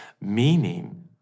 meaning